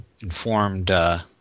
informed